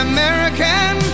American